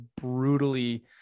brutally